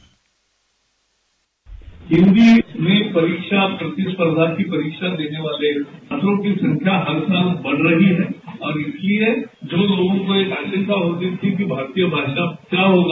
bite Hindi में परीक्षा प्रतिस्पर्धा की परीक्षा देने वाले छात्रों की संख्या हर साल बढ़ रही है और इसलिए जो लोगों को यह आशंका होती थी कि भारतीय भाषा का क्या होगा